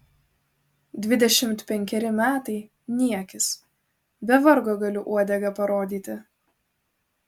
dvidešimt penkeri metai niekis be vargo galiu uodegą parodyti